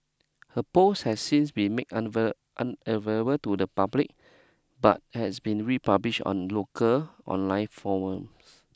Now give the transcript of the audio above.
her post has since been made unavailable to the public but has been republished on local online forums